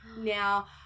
Now